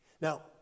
Now